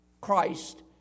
Christ